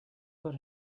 got